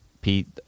Pete